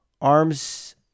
arms